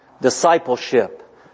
discipleship